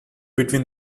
between